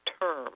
term